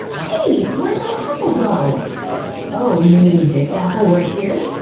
hey where'd my apple go oh you mean this apple right here